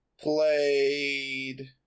played